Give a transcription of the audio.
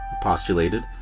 postulated